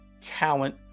talent